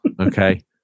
okay